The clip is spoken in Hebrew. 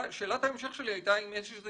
האם יש איזה